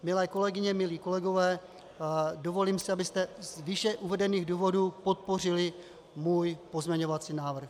Milé kolegyně, milí kolegové, dovolím si požádat, abyste z výše uvedených důvodů podpořili můj pozměňovací návrh.